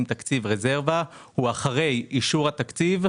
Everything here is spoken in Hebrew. תקציב רזרבה זה אחרי אישור התקציב.